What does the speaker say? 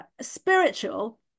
spiritual